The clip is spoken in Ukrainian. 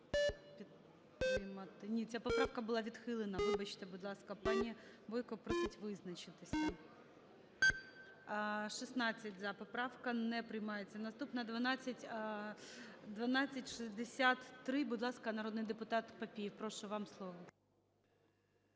Ні, ця поправка була відхилена. Вибачте, будь ласка, пані Бойко просить визначитися. 11:25:26 За-16 Поправка не приймається. Наступна – 1263. Народний депутат Папієв, прошу, вам слово.